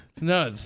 No